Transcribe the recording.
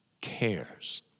cares